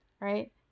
right